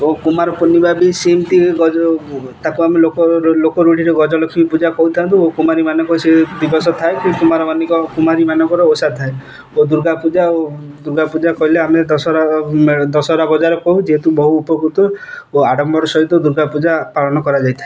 ଓ କୁମାର ପୂର୍ଣ୍ଣିମା ବି ସେମିତି ତାକୁ ଆମେ ଲୋକ ଲୋକ ରୂଢ଼ିରେ ଗଜଲକ୍ଷ୍ମୀ ପୂଜା କହିଥାଉ ଓ କୁମାରୀମାନଙ୍କ ସେ ଦିବସ ଥାଏ କୁମାରମାନଙ୍କ କୁମାରୀମାନଙ୍କର ଓଷା ଥାଏ ଓ ଦୁର୍ଗାପୂଜା ଓ ଦୁର୍ଗାପୂଜା କହିଲେ ଆମେ ଦଶହରା ଦଶହରା ବଜାର କହୁ ଯେହେତୁ ବହୁ ଉପକୃତ ଓ ଆଡ଼ମ୍ବର ସହିତ ଦୂର୍ଗା ପୂଜା ପାଳନ କରାଯାଇଥାଏ